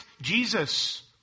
Jesus